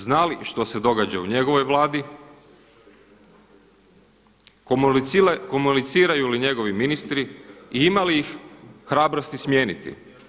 Zna li što se događa u njegovoj Vladi, komuniciraju li njegovi ministri i ima li ih hrabrosti smijeniti.